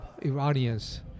Iranians